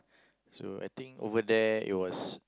so I think over there it was